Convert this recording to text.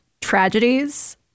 tragedies